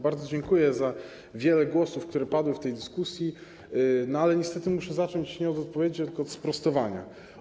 Bardzo dziękuję za wiele głosów, które padły w tej dyskusji, ale niestety muszę zacząć nie od odpowiedzi, tylko od sprostowania.